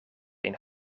een